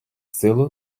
силу